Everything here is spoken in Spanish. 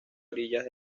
orillas